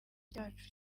cyacu